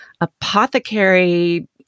apothecary